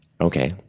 Okay